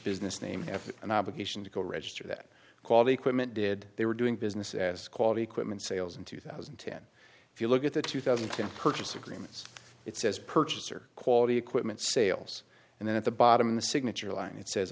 business name have an obligation to go register that quality equipment did they were doing business as quality equipment sales in two thousand and ten if you look at the two thousand and purchase agreements it says purchaser quality equipment sales and then at the bottom of the signature line it says